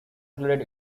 included